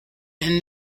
and